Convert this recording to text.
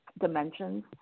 dimensions